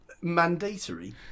mandatory